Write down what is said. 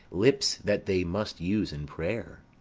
lips that they must use in pray'r.